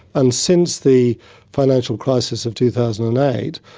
and since the financial crisis of two thousand and eight,